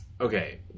Okay